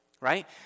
Right